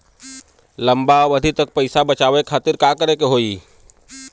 लंबा अवधि खातिर पैसा बचावे खातिर का करे के होयी?